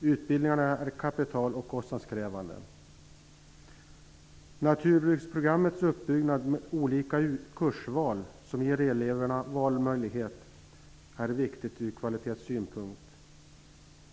Utbildningarna är kapitaloch kostnadskrävande. Naturbruksprogrammets uppbyggnad med olika kursval som ger eleverna valmöjlighet är viktig ur kvalitetssynpunkt.